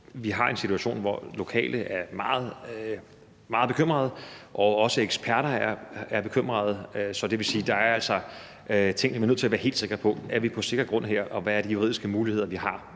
vi har en situation, hvor de lokale er meget bekymrede, og hvor også eksperterne er bekymrede. Så det vil sige, at der altså er ting, hvor vi er nødt til at være helt sikre på, om vi er på sikker grund her, og hvilke juridiske muligheder vi har,